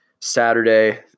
Saturday